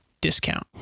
discount